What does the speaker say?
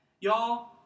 Y'all